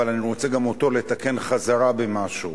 אבל אני רוצה גם אותו לתקן חזרה במשהו.